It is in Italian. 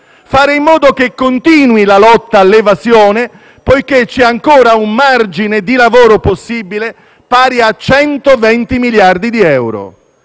Fare in modo che continui la lotta all'evasione, poiché c'è ancora un margine di lavoro possibile pari a 120 miliardi di euro.